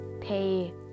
pay